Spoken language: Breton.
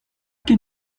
ket